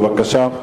בבקשה.